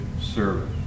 service